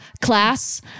class